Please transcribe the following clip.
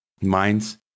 Minds